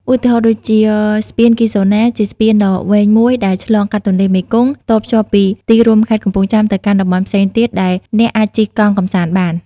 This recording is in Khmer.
ឧទាហរណ៍ដូចជា ស្ពានគីហ្សូណា ជាស្ពានដ៏វែងមួយដែលឆ្លងកាត់ទន្លេមេគង្គ តភ្ជាប់ទីរួមខេត្តកំពង់ចាមទៅកាន់តំបន់ផ្សេងទៀតដែលអ្នកអាចជិះកង់កម្សាន្តបាន។